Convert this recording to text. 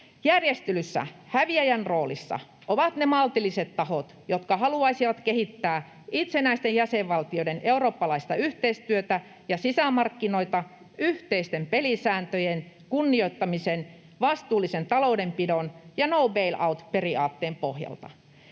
Järjestelyssä häviäjän roolissa ovat ne maltilliset tahot, jotka haluaisivat kehittää itsenäisten jäsenvaltioiden eurooppalaista yhteistyötä ja sisämarkkinoita yhteisten pelisääntöjen kunnioittamisen, vastuullisen taloudenpidon ja no bail-out -periaatteen pohjalta.